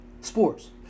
sports